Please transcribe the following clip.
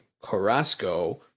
Carrasco